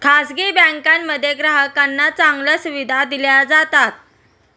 खासगी बँकांमध्ये ग्राहकांना चांगल्या सुविधा दिल्या जातात